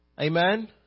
Amen